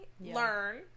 learn